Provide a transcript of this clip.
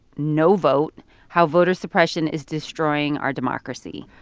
no vote how voter suppression is destroying our democracy.